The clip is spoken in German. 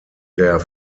der